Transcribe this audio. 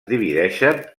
divideixen